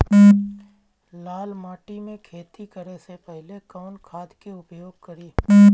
लाल माटी में खेती करे से पहिले कवन खाद के उपयोग करीं?